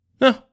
no